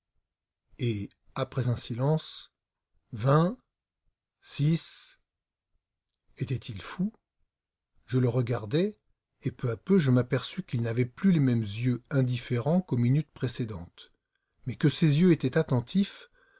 et après un silence était-il fou je le regardai et peu à peu je m'aperçus qu'il n'avait plus les mêmes yeux indifférents qu'aux minutes précédentes mais que ses yeux étaient attentifs